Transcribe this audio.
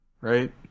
right